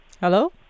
Hello